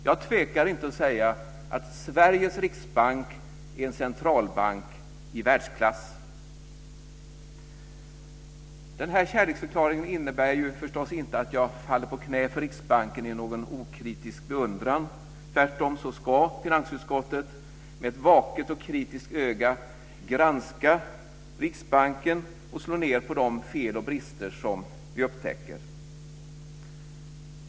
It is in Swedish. Jag tvekar inte att säga att Sveriges riksbank är en centralbank i världsklass. Denna kärleksförklaring innebär förstås inte att jag faller på knä för Riksbanken i någon okritisk beundran. Tvärtom ska finansutskottet med ett vaket och kritiskt öga granska Riksbanken och slå ned på de fel och brister som vi upptäcker.